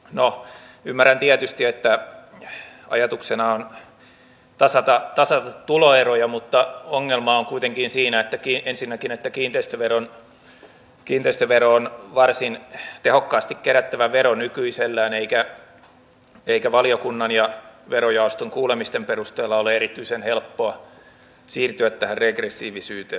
no ymmärrän tietysti että ajatuksena on tasata tuloeroja mutta ongelma on kuitenkin siinä ensinnäkin että kiinteistövero on varsin tehokkaasti kerättävä vero nykyisellään eikä valiokunnan ja verojaoston kuulemisten perusteella ole erityisen helppoa siirtyä tähän vähempään regressiivisyyteen